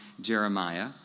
Jeremiah